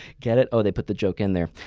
get it? oh, they put the joke in there.